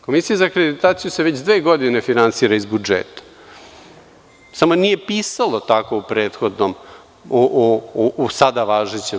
Komisija za akreditaciju se već dve godine finansira iz budžeta, samo nije pisalo tako u prethodnom, odnosno sada važećem